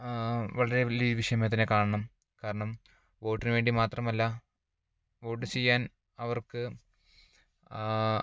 വളരെ വലിയ വിഷയമായി തന്നെ കാണണം കാരണം വോട്ടിന് വേണ്ടി മാത്രമല്ല വോട്ട് ചെയ്യാൻ അവർക്ക്